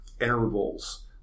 intervals